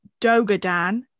Dogadan